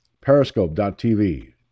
periscope.tv